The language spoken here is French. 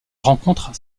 rencontre